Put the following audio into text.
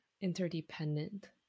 interdependent